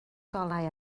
golau